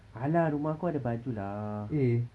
!alah! rumah aku ada baju lah